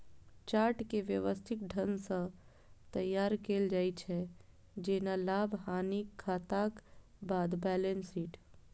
chart कें व्यवस्थित ढंग सं तैयार कैल जाइ छै, जेना लाभ, हानिक खाताक बाद बैलेंस शीट